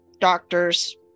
doctors